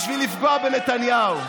בשביל לפגוע בנתניהו.